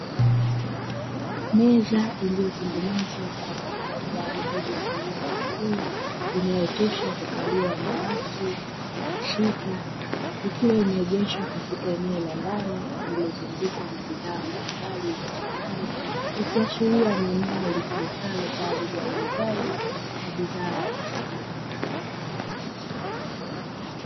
Meza iliyotengenezwa kwa mbao kwa ajili ya kulia chakula, inayotosha kukaliwa na watu sita, ikiwa imeegeshwa katika eneo la ndani lililozungukwa na bidhaa mbalimbali za samani ikiashiria ni eneo litumikalo kwa ajili ya uuzajinwa bidhaa za samani.